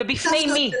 ואם כן, בפני מי?